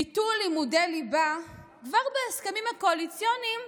ביטול ללימודי ליבה כבר בהסכמים הקואליציוניים,